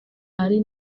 ari